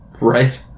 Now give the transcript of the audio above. Right